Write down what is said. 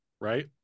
right